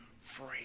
free